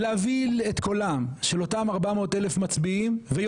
ולהביא את קולם של אותם 400 אלף ויותר,